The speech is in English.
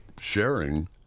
sharing